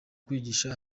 kwigisha